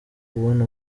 kubona